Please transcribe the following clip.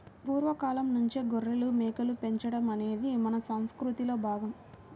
పూర్వ కాలంనుంచే గొర్రెలు, మేకలు పెంచడం అనేది మన సంసృతిలో భాగం